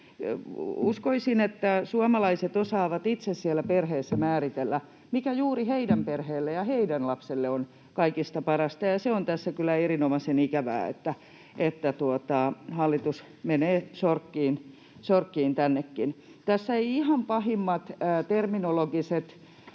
Uskoisin, että suomalaiset osaavat itse siellä perheessä määritellä, mikä juuri heidän perheelleen ja heidän lapselleen on kaikista parasta. Se on tässä kyllä erinomaisen ikävää, että hallitus menee sorkkimaan tännekin. Ihan pahimmat terminologiset